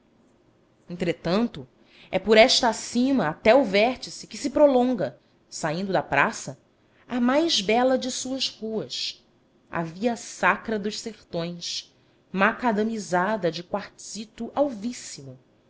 entretanto é por esta acima até ao vértice que se prolonga saindo da praça a mais bela de suas ruas a viasacra dos sertões macadamizada de quartzito alvíssimo